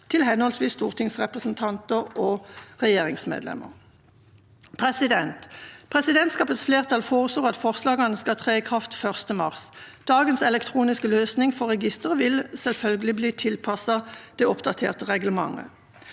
til henholdsvis stortingsrepresentanter og regjeringsmedlemmer. Presidentskapets flertall foreslår at forslagene skal tre i kraft 1. mars. Dagens elektroniske løsning for registeret vil selvfølgelig bli tilpasset det oppdaterte reglementet.